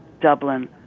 Dublin